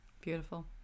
Beautiful